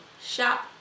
shop